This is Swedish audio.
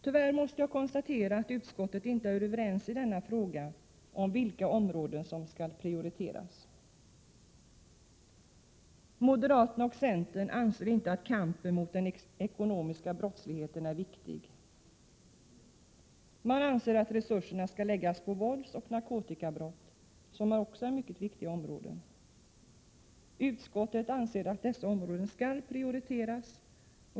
Tyvärr måste jag konstatera att utskottet i denna fråga inte är överens om vilka områden som skall prioriteras. Moderaterna och centern anser inte att kampen mot den ekonomiska brottsligheten är viktig. De anser att resurserna skall läggas på våldsoch narkotikabrott, som också är mycket viktiga områden. Även utskottet anser att dessa områden skall prioriteras.